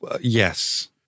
yes